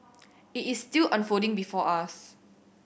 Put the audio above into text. it is still unfolding before us